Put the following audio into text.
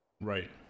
right